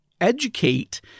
educate